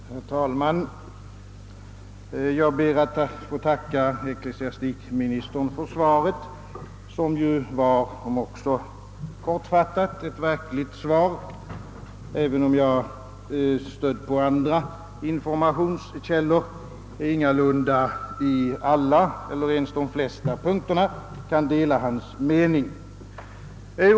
Herr talman! Jag ber att få tacka ecklesiastikministern för svaret, vilket, om också kortfattat, var ett verkligt svar även om jag, stödd på andra informationskällor, ingalunda på alla eller ens de flesta punkter kan dela hans mening.